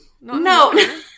No